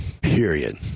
Period